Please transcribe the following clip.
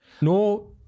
No